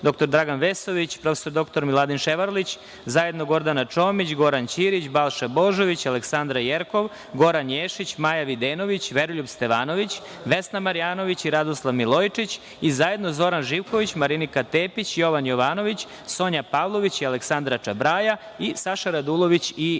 dr Dragan Vesović, prof. dr Miladin Ševarlić, zajedno Gordana Čomić, Goran Ćirić, Balša Božović, Aleksandra Jerkov, Goran Ješić, Maja Videnović, Veroljub Stevanović, Vesna Marjanović i Radoslav Milojičić i zajedno Zoran Živković, Marinika Tepić, Jovan Jovanović, Sonja Pavlović i Aleksandra Čabraja i Saša Radulović i Nenad